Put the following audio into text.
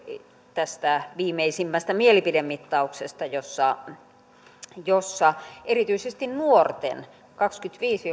tästä viimeisimmästä mielipidemittauksesta jossa jossa erityisesti nuorten kaksikymmentäviisi